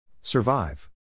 Survive